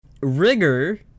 Rigor